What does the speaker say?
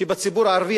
הציבור הערבי,